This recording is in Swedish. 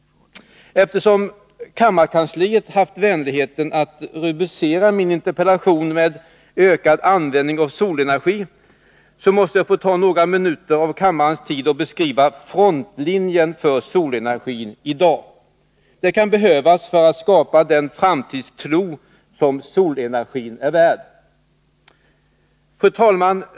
Eftersom kammarkansliet haft vänligheten att rubricera min interpellation med ”ökad användning av solenergi”, så måste jag få ta några minuter av kammarens tid i anspråk för att beskriva frontlinjen för solenergi i dag. Det kan behövas för att skapa den framtidstro som solenergin är värd. Fru talman!